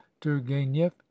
Turgenev